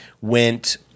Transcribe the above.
went